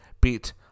beat